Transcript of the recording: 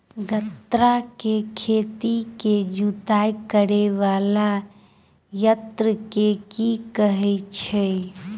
गन्ना केँ खेत केँ जुताई करै वला यंत्र केँ की कहय छै?